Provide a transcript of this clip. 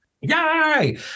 Yay